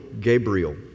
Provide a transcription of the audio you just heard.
Gabriel